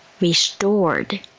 restored